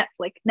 Netflix